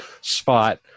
spot